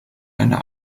einer